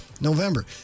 November